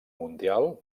mundial